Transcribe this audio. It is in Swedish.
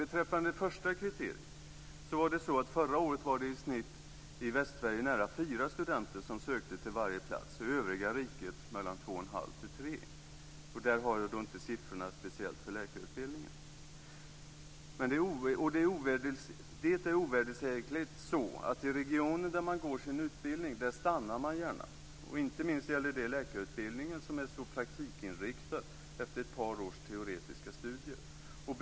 Beträffande det första kriteriet var det förra året i snitt nära fyra studenter som sökte till varje plats i Västsverige. I övriga riket var det mellan två och en halv och tre. Jag har inte siffrorna speciellt för läkarutbildningen. Det är ovedersägligen så att i regioner där man genomför sin utbildning - där stannar man gärna. Inte minst gäller det läkarutbildningen som är så praktikinriktad, efter ett par års teoretiska studier.